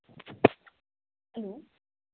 hello